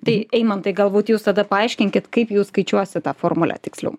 tai eimantai galbūt jūs tada paaiškinkit kaip jūs skaičiuosit tą formulę tiksliau